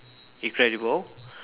incredible